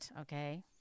okay